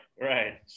right